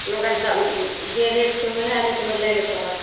मगर दाम जे रेट छै उएह रेटमे लै लए पड़त